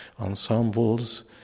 ensembles